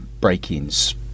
break-ins